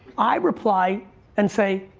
i reply and say,